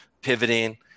pivoting